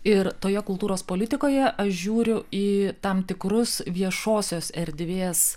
ir toje kultūros politikoje aš žiūriu į tam tikrus viešosios erdvės